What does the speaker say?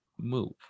move